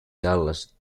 dallas